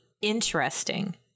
interesting